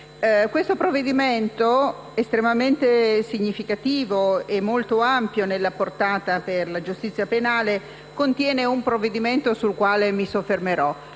in discussione è estremamente significativo, molto ampio nella portata per la giustizia penale e contiene un provvedimento sul quale mi soffermerò.